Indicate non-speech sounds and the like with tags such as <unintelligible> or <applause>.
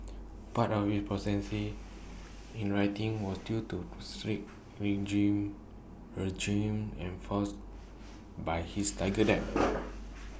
part of his proficiency in writing was due to strict <unintelligible> regime enforced by his Tiger dad <noise>